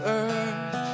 earth